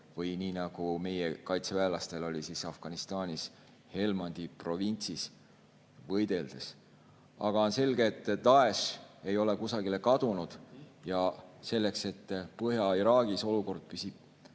või nii nagu meie kaitseväelastel oli Afganistanis Helmandi provintsis võideldes. Aga on selge, et Daesh ei ole kusagile kadunud ja selleks, et Põhja-Iraagis olukord püsiks